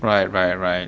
right right right